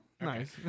nice